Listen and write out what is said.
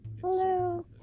Hello